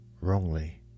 wrongly